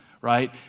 right